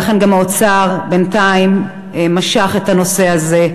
ולכן גם האוצר בינתיים משך את הנושא הזה,